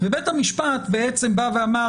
בית המשפט בעצם אמר,